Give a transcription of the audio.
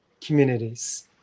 communities